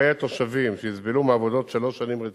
בחיי התושבים שיסבלו מהעבודות שלוש שנים רצופות?